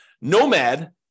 Nomad